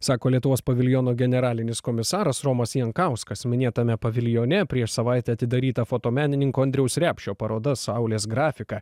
sako lietuvos paviljono generalinis komisaras romas jankauskas minėtame paviljone prieš savaitę atidaryta fotomenininko andriaus repšio paroda saulės grafika